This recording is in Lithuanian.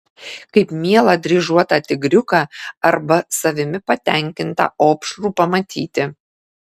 kaip mielą dryžuotą tigriuką arba savimi patenkintą opšrų pamatyti